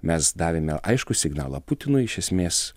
mes davėme aiškų signalą putinui iš esmės